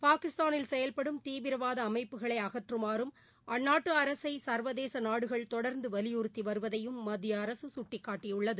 பாகிஸ்தானில் செயல்படும் தீவிரவாதஅமைப்புகளைஅகற்றுமாறும் அந்நாட்டுஅரசைச்வதேசநாடுகள் தொடர்ந்துவலியுறுத்திவருவதையும் மத்தியஅரசுசுட்டிக்காட்டியுள்ளது